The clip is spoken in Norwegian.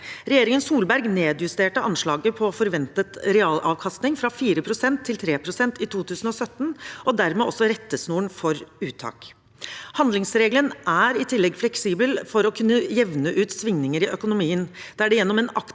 Regjeringen Solberg nedjusterte anslaget for forventet realavkastning fra 4 pst. til 3 pst. i 2017, og dermed også rettesnoren for uttak. Handlingsregelen er i tillegg fleksibel for å kunne jevne ut svingninger i økonomien, der det gjennom en aktiv